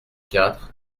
quatre